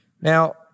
Now